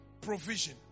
Provision